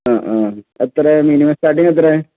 ആ ആ എത്രയാണ് മിനിമം സ്റ്റാർട്ടിംഗ് എത്രയാണ്